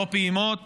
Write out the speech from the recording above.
לא פעימות